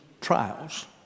trials